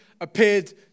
appeared